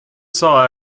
saw